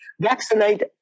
vaccinate